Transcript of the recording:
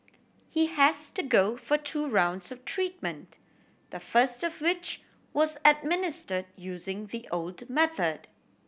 he has to go for two rounds of treatment the first of which was administer using the old method